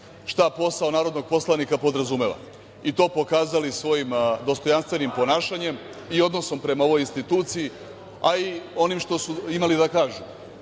šta posao narodnog poslanika podrazumeva i to pokazali svojim dostojanstvenim ponašanjem i odnosom prema ovoj instituciji, a i onim što su imali da kažu.